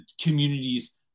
communities